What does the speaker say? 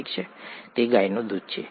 ઠીક છે તે ગાયનું દૂધ છે